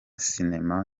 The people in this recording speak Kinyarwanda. sinema